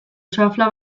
xafla